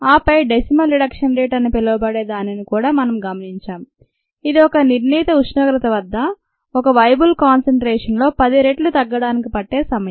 ఆపై "decimal reduction rate" అని పిలవబడే దానిని కూడా మనం గమనించాం ఇది ఒక నిర్ణీత ఉష్ణోగ్రత వద్ద ఒక "వేయబుల్ కాన్సెన్ట్రేషన్" లో 10 రెట్లు తగ్గడానికి పట్టే సమయం